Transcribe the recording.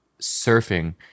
surfing